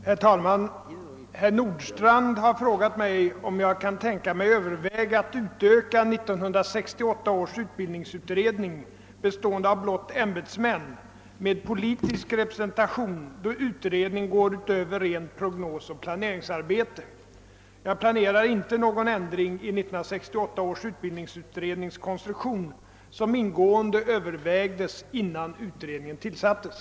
Herr talman! Herr Nordstrandh har frågat mig, om jag kan tänka mig överväga att utöka 1968 års utbildningsutredning, bestående av blott ämbetsmän, med politisk representation, då utredningen går utöver rent prognosoch planeringsarbete. Jag planerar inte någon ändring i 1968 års utbildningsutrednings konstruktion, som ingående övervägdes innan utredningen tillsattes.